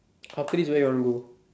after this where you want go